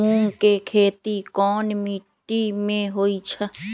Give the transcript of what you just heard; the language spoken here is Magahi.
मूँग के खेती कौन मीटी मे होईछ?